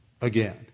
again